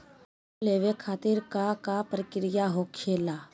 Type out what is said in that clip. Loan लेवे खातिर का का प्रक्रिया होखेला?